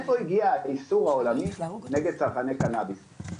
מאיפה הגיע האיסור העולמי נגד צרכני קנאביס?